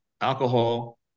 alcohol